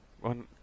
one